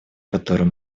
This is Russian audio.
который